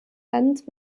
land